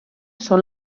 són